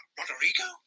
Rodrigo